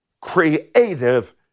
creative